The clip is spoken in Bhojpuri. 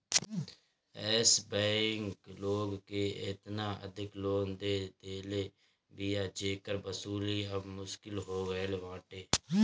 एश बैंक लोग के एतना अधिका लोन दे देले बिया जेकर वसूली अब मुश्किल हो गईल बाटे